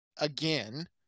again